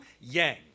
Yang